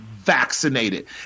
Vaccinated